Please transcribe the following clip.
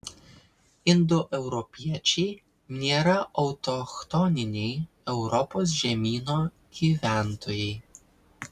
indoeuropiečiai nėra autochtoniniai europos žemyno gyventojai